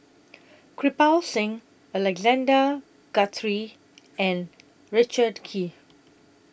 Kirpal Singh Alexander Guthrie and Richard Kee